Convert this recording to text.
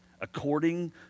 according